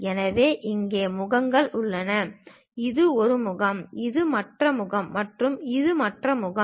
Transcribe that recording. எனவே இங்கே முகங்கள் உள்ளன இது ஒரு முகம் இது மற்ற முகம் மற்றும் இது மற்ற முகம்